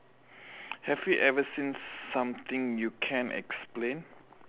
have you ever seen something you can't explain